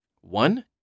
One